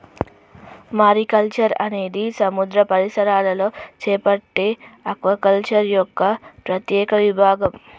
mariculture అనేది సముద్ర పరిసరాలలో చేపట్టే ఆక్వాకల్చర్ యొక్క ప్రత్యేక విభాగం